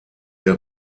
der